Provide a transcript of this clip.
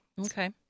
Okay